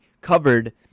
covered